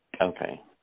Okay